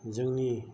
जोंनि